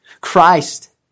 Christ